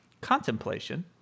contemplation